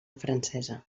francesa